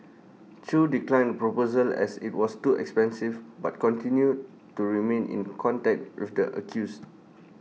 chew declined proposal as IT was too expensive but continued to remain in contact with the accused